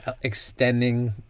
extending